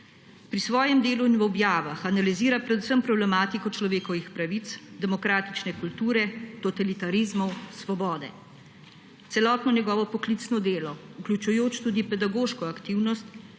Pri svojem delu in v objavah analizira predvsem problematiko človekovih pravic, demokratične kulture, totalitarizmov, svobode. Celotno njegovo poklicno delo, vključujoč tudi pedagoško aktivnost,